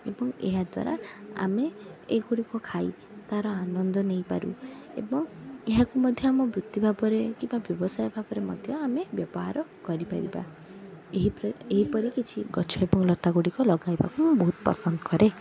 ଏବଂ ଏହାଦ୍ୱାରା ଆମେ ଏଗୁଡ଼ିକ ଖାଇ ତାର ଆନନ୍ଦ ନେଇପାରୁ ଏବଂ ଏହାକୁ ମଧ୍ୟ ଆମ ବୃତ୍ତିଭାବରେ କିମ୍ବା ବ୍ୟବସାୟ ଭାବରେ ମଧ୍ୟ ଆମେ ବ୍ୟବହାର କରିପାରିବା ଏହିପରି କିଛି ଗଛ ଏବଂ ଲତାଗୁଡ଼ିକ ଲଗାଇବାକୁ ମୁଁ ବହୁତ ପସନ୍ଦ କରେ